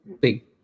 big